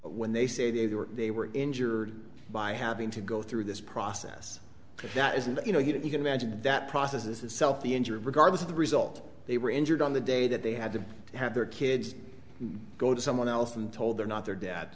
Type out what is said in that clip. when they say they were injured by having to go through this process that is you know you can imagine that process itself the injury regardless of the result they were injured on the day that they had to have their kids go to someone else and told their not their dad